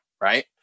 right